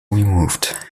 removed